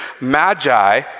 magi